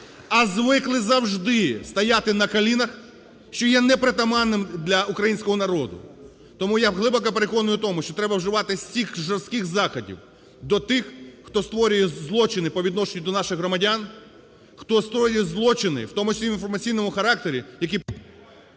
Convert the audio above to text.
а звикли завжди стояти на колінах, що є непритаманним для українського народу. Тому я глибоко переконаний в тому, що треба вживати всіх жорстких заходів до тих, хто створює злочини по відношенню до наших громадян, хто скоює злочини в тому числі в інформаційному характері, які…